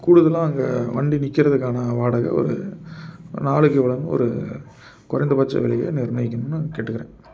கூடுதலாக அங்கே வண்டி நிற்கிறதுக்கான வாடகை ஒரு ஒரு நாளைக்கு இவ்வளோ ஒரு குறைந்தபட்ச விலையை நிர்ணயிக்கணுன்னு கேட்டுக்கிறேன்